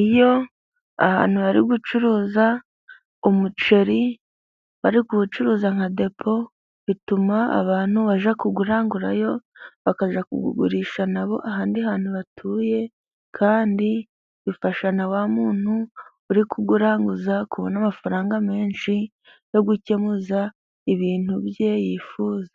Iyo ahantu bari gucuruza umuceri bari kuwucuruza nka depo, bituma abantu bajya kuwurangurayo bakajya kuwugurisha nabo ahandi hantu batuye kandi bifasha na wa muntu uri kuwuranguza ku mafaranga menshi yo gukemuza ibintu bye yifuza